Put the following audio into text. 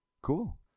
Cool